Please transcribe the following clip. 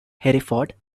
hereford